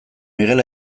miguel